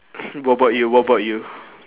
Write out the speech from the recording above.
what about you what about you